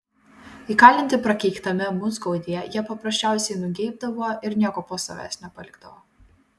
įkalinti prakeiktame musgaudyje jie paprasčiausiai nugeibdavo ir nieko po savęs nepalikdavo